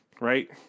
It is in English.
right